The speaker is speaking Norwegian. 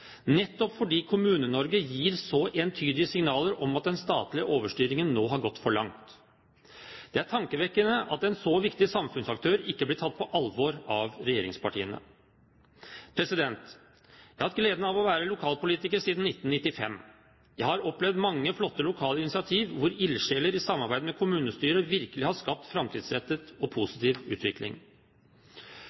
nettopp fordi Kommune-Norge gir så entydige signaler om at den statlige overstyringen nå har gått for langt. Det er tankevekkende at en så viktig samfunnsaktør ikke blir tatt på alvor av regjeringspartiene. Jeg har hatt gleden av å være lokalpolitiker siden 1995. Jeg har opplevd mange flotte lokale initiativ hvor ildsjeler i samarbeid med kommunestyret virkelig har skapt framtidsrettet og positiv utvikling.